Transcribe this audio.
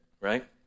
right